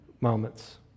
moments